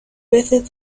veces